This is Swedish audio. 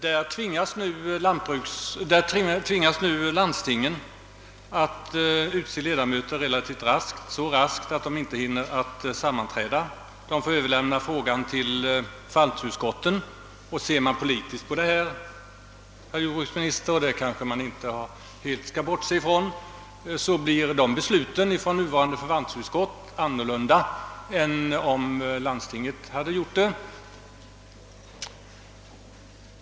Landstingen tvingas nu att relativt raskt utse ledamöter — ja, så raskt att landstingen inte hinner sammanträda utan får överlämna frågorna till förvaltningsutskotten. Om man ser politiskt på denna sak, herr jordbruksminister — och den sidan av saken kanske man inte skall helt bortse från — så blir besluten av förvaltningsutskotten annorlunda än om landstingen själva hade fattat dem.